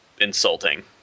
insulting